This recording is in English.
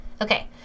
Okay